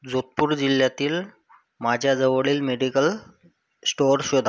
जोधपूर जिल्ह्यातील माझ्या जवळील मेडिकल श्टोअर शोधा